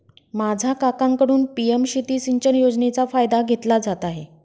माझा काकांकडून पी.एम शेती सिंचन योजनेचा फायदा घेतला जात आहे